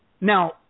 Now